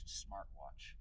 smartwatch